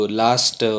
last